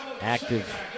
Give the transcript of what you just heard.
active